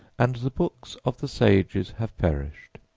and the books of the sages have perished,